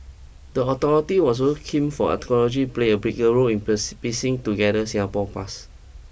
the authority was looking for archaeology play a bigger role in purse piecing together Singapore's past